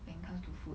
when it comes to food